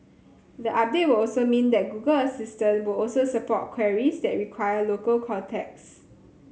the update will also mean that Google Assistant will also support queries that require local context